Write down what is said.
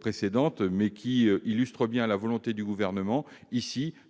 précédente, illustrent la volonté du Gouvernement